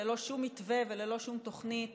ללא שום מתווה וללא שום תוכנית